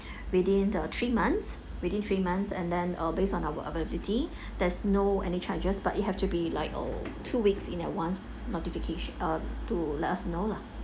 within the three months within three months and then uh based on our availability there's no any charges but you have to be like oh two weeks in advance notifica~ or to let us know lah